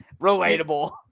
relatable